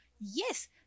yes